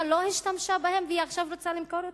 לא השתמשה בהן ועכשיו היא רוצה למכור אותן?